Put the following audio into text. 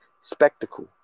spectacle